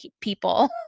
people